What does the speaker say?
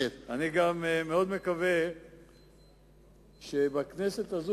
אני גם מאוד מקווה שבכנסת הזאת,